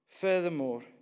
furthermore